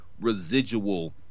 residual